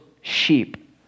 sheep